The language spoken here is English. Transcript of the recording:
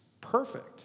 perfect